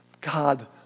God